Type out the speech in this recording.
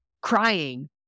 crying